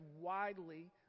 widely